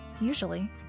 Usually